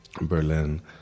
Berlin